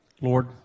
Lord